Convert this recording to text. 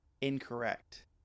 Incorrect